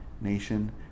nation